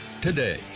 today